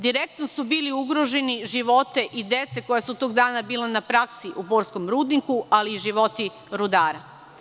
Direktno su bili ugroženi životi i dece koja su tog dana bila na praksi u borskom rudniku, ali i životi rudara.